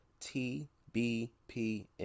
TBPN